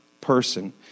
person